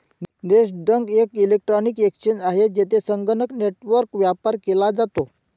Nasdaq एक electronic exchange आहे, जेथे संगणक नेटवर्कवर व्यापार केला जातो